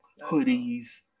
hoodies